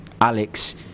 Alex